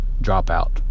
dropout